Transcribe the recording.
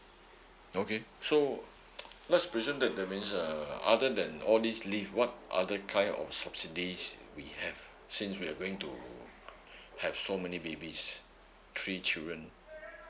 okay so let's presume that that means uh other than all this leave what other kind of subsidies we have since we are going to have so many babies three children